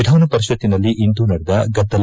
ವಿಧಾನಪರಿಷತ್ತಿಲ್ಲಿಂದು ನಡೆದ ಗದ್ದಲ